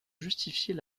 justifier